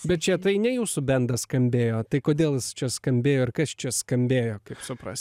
bet čia tai ne jūsų bendas skambėjo tai kodėl jis čia skambėjo ir kas čia skambėjo kaip suprast